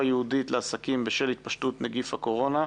ייעודית לעסקים בשל התפשטות נגיף הקורונה?